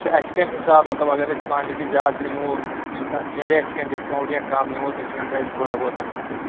ہے اَسہِ کَمہِ حساب مَطلَب اگر اَسہِ کانٹِٹی زیاد نِمو تتھ میلہ اَسہِ کیٚنٛہہ ڈِسکاوُنٛٹ یا کَم نِمو اَسہِ ؤنۍتو حظ تھوڑا بہت اَتھ مُتعلق